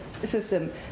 System